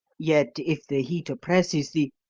yet, if the heat oppresses thee